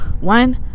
One